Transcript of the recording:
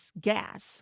gas